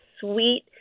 sweet